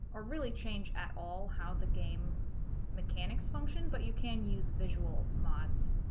or really change at all, how the game mechanics function. but you can use visual mods,